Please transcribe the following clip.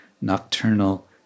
nocturnal